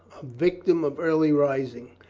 victim of early rising.